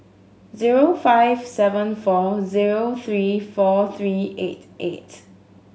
zero five seven four zero three four three eight eight